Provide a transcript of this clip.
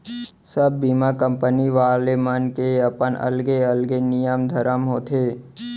सब बीमा कंपनी वाले मन के अपन अलगे अलगे नियम धरम होथे